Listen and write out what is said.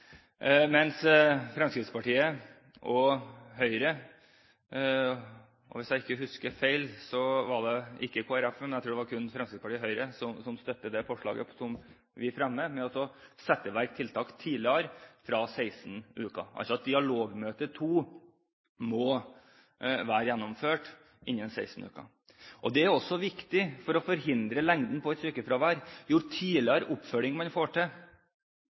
Hvis jeg ikke husker feil, står ikke Kristelig Folkeparti, men kun Fremskrittspartiet og Høyre bak det forslaget som blir fremmet, om å sette i verk tiltak tidligere, fra 16 uker, altså at dialogmøte 2 må være gjennomført innen 16 uker. Dette er også viktig for å forhindre lengden på et sykefravær. Jo tidligere oppfølging man får til,